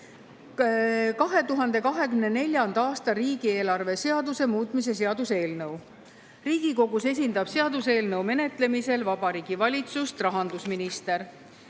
2024. aasta riigieelarve seaduse muutmise seaduse eelnõu. Riigikogus esindab seaduseelnõu menetlemisel Vabariigi Valitsust rahandusminister.